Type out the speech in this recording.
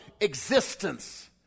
existence